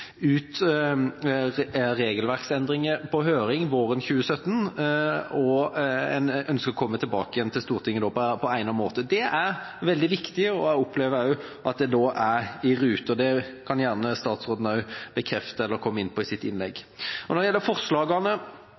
ut regelverksendringer på høring våren 2017, og en ønsker å komme tilbake til Stortinget på egnet måte. Det er veldig viktig, jeg opplever at det da er i rute, det kan gjerne statsråden også bekrefte eller komme inn på i sitt innlegg. Når det gjelder